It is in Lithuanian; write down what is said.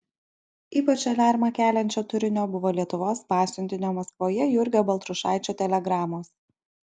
ypač aliarmą keliančio turinio buvo lietuvos pasiuntinio maskvoje jurgio baltrušaičio telegramos